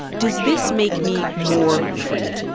does this make me more free?